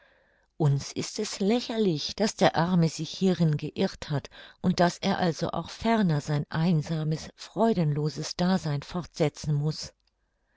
uns ist es lächerlich daß der arme sich hierin geirrt hat und daß er also auch ferner sein einsames freudenloses dasein fortsetzen muß